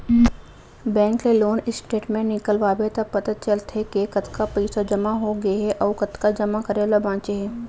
bank ले loan statement निकलवाबे त पता चलथे के कतका पइसा जमा हो गए हे अउ कतका जमा करे ल बांचे हे